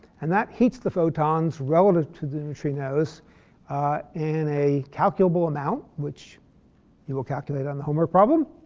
and that heats the photons relative to the neutrinos in a calculable amount, which you will calculate on the homework problem.